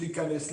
להיכנס,